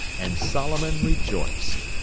and solomon rejoiced.